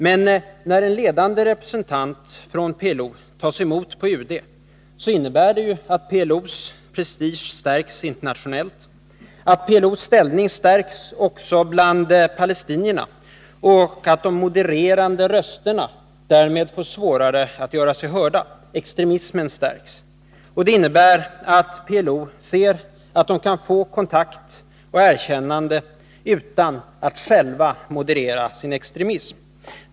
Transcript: Men när en ledande representant för PLO tas emot på UD innebär det ju att PLO:s prestige förstärks internationellt, att PLO:s ställning stärks också bland palestinierna och att de modererande rösterna får svårt att göra sig hörda, extremismen förstärks. Det innebär att PLO ser att man kan få kontakt och erkännande utan att själv moderera sin extremism.